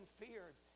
feared